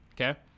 okay